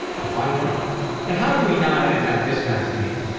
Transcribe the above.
and finally and how do we not end on this guy's name?